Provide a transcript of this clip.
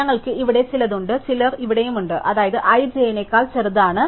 അതിനാൽ ഞങ്ങൾക്ക് ഇവിടെ ചിലത് ഉണ്ട് ചിലത് ഇവിടെയുണ്ട് അതായത് i j നേക്കാൾ ചെറുതാണ്